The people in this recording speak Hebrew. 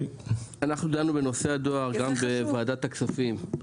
אנחנו דנו בנושא הדואר בוועדת הכספים.